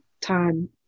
time